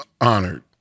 honored